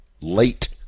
late